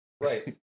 Right